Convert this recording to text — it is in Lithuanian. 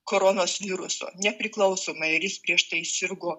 kronos viruso nepriklausomai ar jis prieš tai sirgo